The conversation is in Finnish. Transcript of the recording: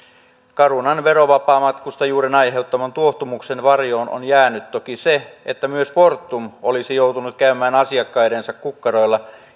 carunan verovapaamatkustajuuden aiheuttaman tuohtumuksen varjoon on jäänyt toki se että myös fortum olisi joutunut käymään asiakkaidensa kukkarolla